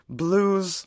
blues